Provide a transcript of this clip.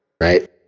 right